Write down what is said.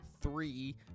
three